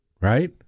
right